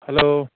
hello